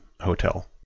hotel